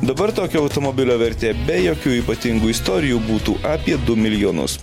dabar tokio automobilio vertė be jokių ypatingų istorijų būtų apie du milijonus